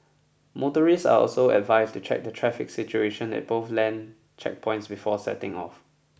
motorists are also advised to check the traffic situation at both land checkpoints before setting off